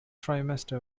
trimester